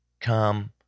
come